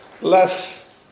less